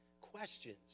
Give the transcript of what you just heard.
questions